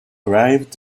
arrived